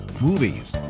movies